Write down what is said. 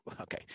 Okay